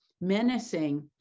menacing